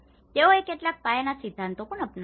તેઓએ કેટલાક પાયાના સિદ્ધાંતો પણ અપનાવ્યા છે